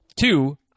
Two